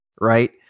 right